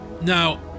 Now